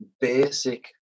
basic